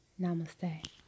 Namaste